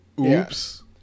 Oops